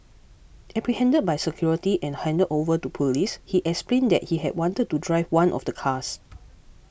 apprehended by security and handed over to police he explained that he had wanted to drive one of the cars